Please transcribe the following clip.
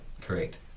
correct